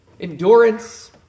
endurance